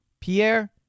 Pierre